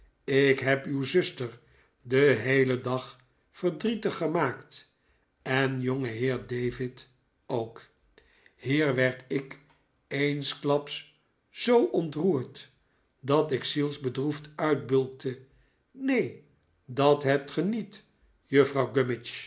ik heb uw zuster den heelen dag verdrietig gemaakt en jongenheer david ook hier werd ik eensklaps zoo ontroerd dat ik zielsbedroefd uitbulkte neen dat hebt ge niet juffrouw